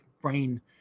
brain